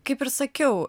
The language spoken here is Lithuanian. kaip ir sakiau